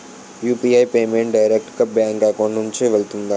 UPI payment direct గా bank account నుంచి వెళ్తుందా?